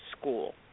school